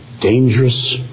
dangerous